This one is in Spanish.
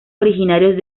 originarios